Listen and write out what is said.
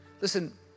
listen